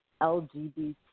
LGBT